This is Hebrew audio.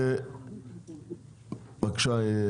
בבקשה.